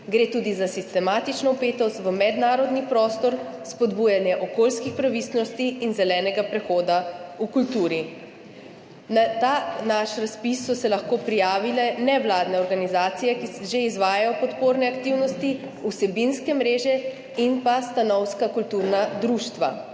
gre tudi za sistematično vpetost v mednarodni prostor, spodbujanje okoljskih pravičnosti in zelenega prehoda v kulturi. Na ta naš razpis so se lahko prijavile nevladne organizacije, ki že izvajajo podporne aktivnosti, vsebinske mreže in pa stanovska kulturna društva.